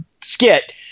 skit